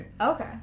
okay